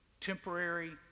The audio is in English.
temporary